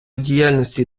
діяльності